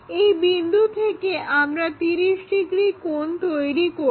এই বিন্দু থেকে আমরা 30 ডিগ্রি কোণ তৈরি করব